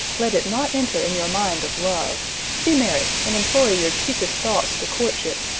let it not enter in your mind of love be merry and employ your chiefest thoughts to courtship,